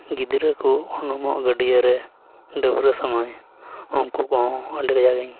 ᱜᱤᱫᱽᱨᱟᱹ ᱠᱚ ᱩᱱᱩᱢᱚᱜ ᱜᱟᱹᱰᱭᱟᱹ ᱨᱮ ᱰᱟᱹᱵᱽᱨᱟᱹᱜ ᱥᱚᱢᱚᱭ ᱩᱱᱠᱩ ᱠᱚᱦᱚᱸ ᱟᱹᱰᱤ ᱠᱟᱡᱟᱠ ᱤᱧ